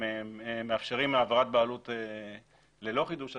שמאפשרים העברת בעלות ללא חידוש הרישיון,